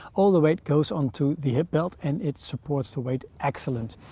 all the weight goes onto the hip belt, and it supports the weight excellent.